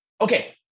okay